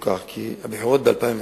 כי הבחירות ב-2010,